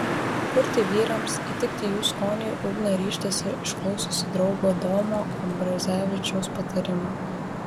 kurti vyrams įtikti jų skoniui ugnė ryžtasi išklausiusi draugo domo ambrazevičiaus patarimų